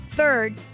Third